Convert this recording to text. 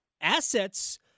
assets